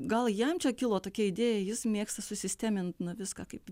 gal jam čia kilo tokia idėja jis mėgsta susistemint na viską kaip